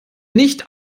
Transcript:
nicht